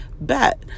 bet